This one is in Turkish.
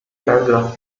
belgrad